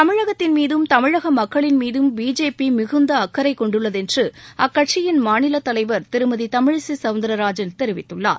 தமிழகத்தின் மீதும் தமிழக மக்களின் மீதும் பிஜேபி மிகுந்த அக்கறை கொண்டுள்ளது என்று அக்கட்சியின் மாநிலத் தலைவர் திருமதி தமிழிசை சௌந்தரராஜன் தெரிவித்துள்ளார்